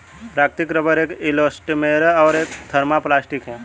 प्राकृतिक रबर एक इलास्टोमेर और एक थर्मोप्लास्टिक है